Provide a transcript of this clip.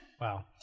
Wow